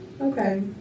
Okay